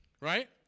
Right